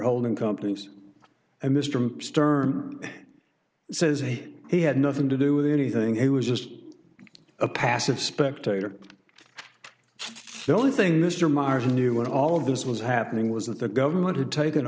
holding companies and mr stern says hey he had nothing to do with anything it was just a passive spectator silly thing mr marson you want all of this was happening was that the government had taken